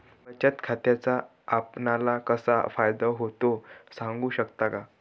बचत खात्याचा आपणाला कसा फायदा होतो? सांगू शकता का?